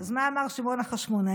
אז מה אמר שמעון החשמונאי?